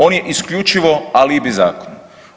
On je isključivo alibi zakon.